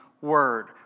word